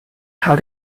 how